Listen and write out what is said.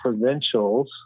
provincials